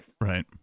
Right